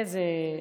איזו